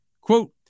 quote